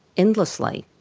endlessly.